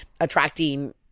attracting